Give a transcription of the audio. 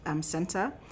center